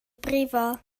brifo